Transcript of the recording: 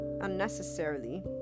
unnecessarily